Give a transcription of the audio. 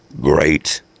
great